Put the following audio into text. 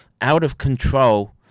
out-of-control